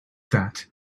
that